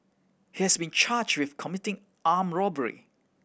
he has been charged with committing arm robbery